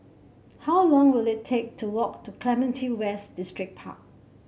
how long will it take to walk to Clementi West Distripark